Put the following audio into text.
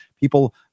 people